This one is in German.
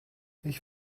ich